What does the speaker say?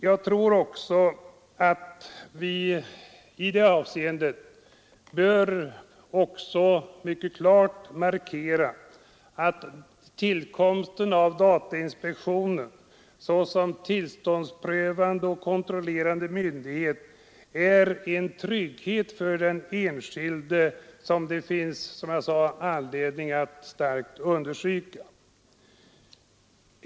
Jag tror också att vi i det avseendet bör mycket klart markera att tillkomsten av datainspektionen såsom tillståndsprövande och kontrollerande myndighet utgör en trygghet för den enskilde.